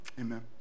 amen